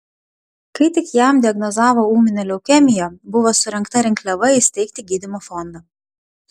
kai tik jam diagnozavo ūminę leukemiją buvo surengta rinkliava įsteigti gydymo fondą